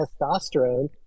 testosterone